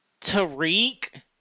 Tariq